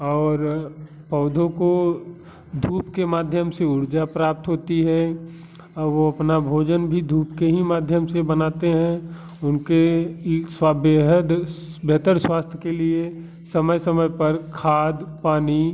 और पौधों को धूप के माध्यम से ऊर्जा प्राप्त होती है और वो अपना भोजन भी धूप के ही माध्यम से बनाते हैं उनके बेहद बेहतर स्वास्थ्य के लिए समय समय पर खाद पानी